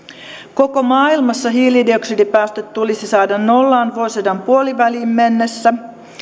koko maailmassa hiilidioksidipäästöt tulisi saada nollaan vuosisadan puoliväliin mennessä